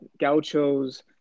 Gauchos